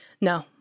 No